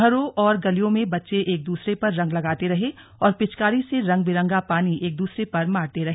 घरों और गलियों में बच्चे एक दूसरे पर रंग लगाते रहे और पिचकारी से रंग बिरंगा पानी एक दूसरे पर मारते रहे